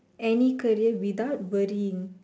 any career without worrying